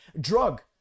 drug